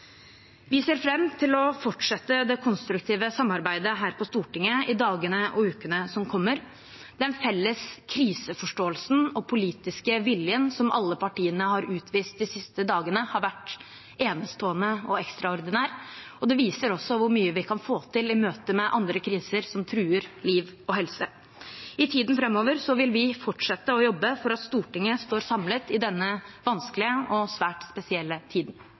Vi ser fram til å fortsette det konstruktive samarbeidet her på Stortinget i dagene og ukene som kommer. Den felles kriseforståelsen og politiske viljen som alle partiene har utvist de siste dagene, har vært enestående og ekstraordinær. Det viser også hvor mye vi kan få til i møte med andre kriser som truer liv og helse. I tiden framover vil vi fortsette å jobbe for at Stortinget står samlet i denne vanskelige og svært spesielle tiden.